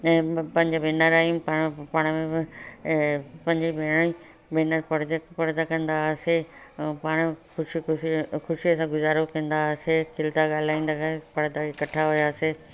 ऐं पंज भेनर आहियूं पाण पाण में बि ऐं पंज भेण भेनर पढज पढज कंदासीं ऐं पाण ख़ुशि ख़ुशि ख़ुशीअ सां गुज़ारो कंदासीं खिलंदा ॻाल्हाईंदा पढ़ंदा इकठा हुआसीं